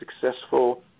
successful